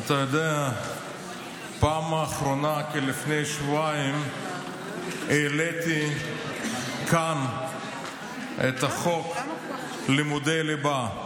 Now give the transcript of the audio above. בפעם האחרונה לפני שבועיים העליתי כאן את חוק לימודי ליבה,